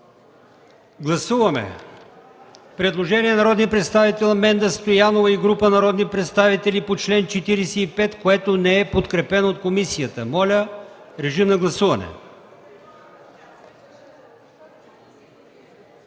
Гласуваме предложението на народния представител Менда Стоянова и група народни представители по чл. 38, което не е подкрепено от комисията. Гласували